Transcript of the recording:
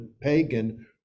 pagan